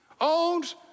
owns